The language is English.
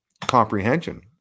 comprehension